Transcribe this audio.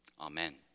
Amen